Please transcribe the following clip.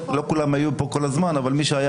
לא כולם היו פה כל הזמן אבל מי שהיה